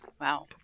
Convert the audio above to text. wow